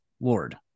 lord